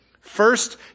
First